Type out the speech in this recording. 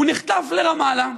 הוא נחטף לרמאללה,